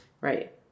right